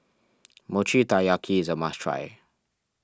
Mochi Taiyaki is a must try